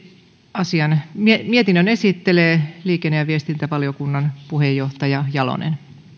mietinnön esittelee liikenne ja viestintävaliokunnan puheenjohtaja jalonen